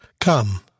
Come